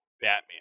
Batman